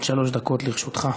עד שלוש דקות לרשותך.